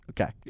Okay